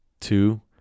Two